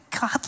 God